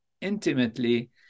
intimately